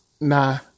nah